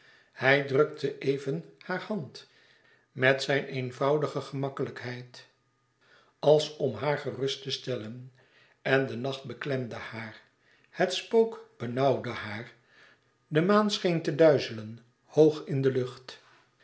hij drukte even haar hand met zijn eenvoudige gemakkelijkheid als om haar gerust te stellen en de nacht beklemde haar het spook benauwde haar de maan scheen te duizelen hoog in de lucht